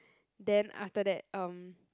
then after that um